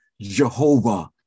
Jehovah